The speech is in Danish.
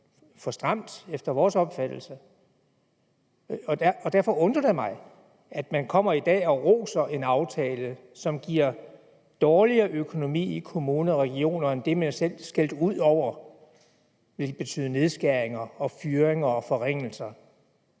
for stramt efter vores opfattelse. Og derfor undrer det mig, at man i dag kommer og roser en aftale, som giver dårligere økonomi i kommuner og regioner end det, man selv skældte ud over ville betyde nedskæringer og fyringer og forringelser.